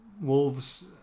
Wolves